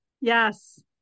Yes